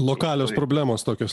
lokalios problemos tokios